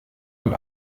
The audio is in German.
und